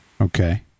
Okay